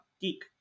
geek